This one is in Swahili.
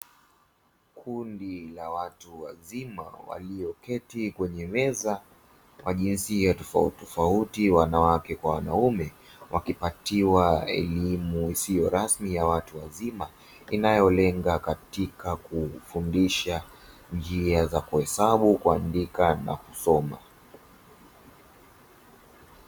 Kundi la watu wazima walioketi kwenye meza wa jinsia tofautitofauti wanawake kwa wanaume, wakipatiwa elimu isiyo rasmi ya watu wazima inayolenga katika kufundisha njia za kuhesabu, kunadika na kusoma.